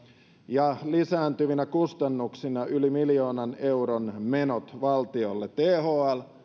ja lisääntyvinä kustannuksina yli miljoonan euron menot valtiolle thl